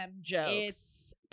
jokes